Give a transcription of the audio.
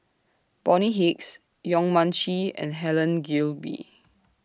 Bonny Hicks Yong Mun Chee and Helen Gilbey